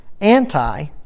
Anti